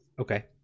Okay